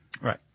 Right